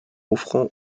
offrant